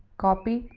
copy,